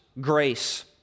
grace